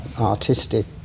artistic